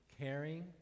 Caring